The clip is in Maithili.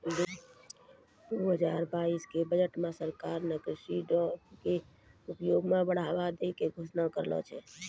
दू हजार बाइस के बजट मॅ सरकार नॅ कृषि मॅ ड्रोन के उपयोग पर बढ़ावा दै के घोषणा करनॅ छै